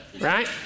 right